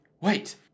wait